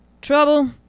Trouble